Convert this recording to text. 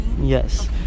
Yes